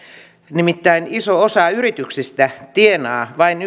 nimittäin iso osa yrityksistä tienaa vain